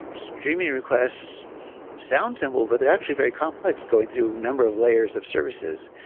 streaming requests sounds simple, but they're actually very complex going through a number of layers of services.